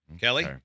Kelly